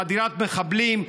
חדירת מחבלים,